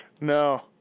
No